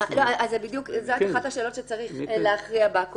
זו בדיוק אחת השאלות שצריך להכריע בה.